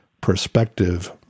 perspective